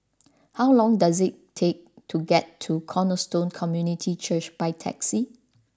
how long does it take to get to Cornerstone Community Church by taxi